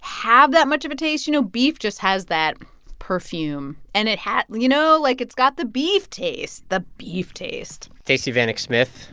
have that much of a taste, you know? beef just has that perfume, and it you know, like, it's got the beef taste, the beef taste stacey vanek smith,